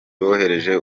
bohereje